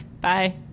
Bye